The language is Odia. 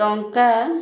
ଟଙ୍କା